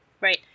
right